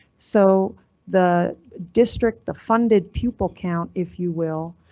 so the district, the funded pupil count, if you will.